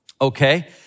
Okay